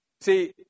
See